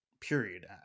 period